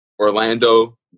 Orlando